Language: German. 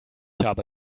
habe